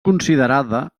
considerada